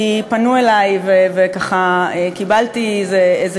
כי פנו אלי, וככה, קיבלתי איזה